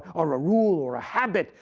or a rule, or a habit,